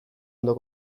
ondo